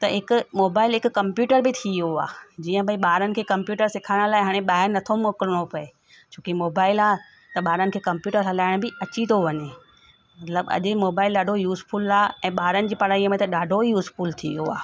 त हिकु मोबाइल हिकु कंप्यूटर बि थी वियो आहे जीअं भाई ॿारनि खे कंप्यूटर सेखारण लाइ हाणे ॿाहिरि नथो मोकिलिणो पए छो की मोबाइल आहे त ॿारनि खे कंप्यूटर हलाइणु बि अची थो वञे मतलबु अॼु मोबाइल ॾाढो यूजफुल आहे ऐं ॿारनि जी पढ़ाईअ में त ॾाढो ई यूजफुल थी वियो आहे